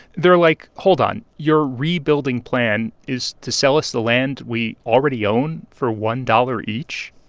they're like, hold on your rebuilding plan is to sell us the land we already own for one dollars each?